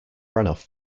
runoff